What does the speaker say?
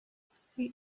see